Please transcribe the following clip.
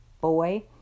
Boy